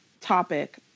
topic